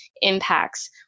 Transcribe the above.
impacts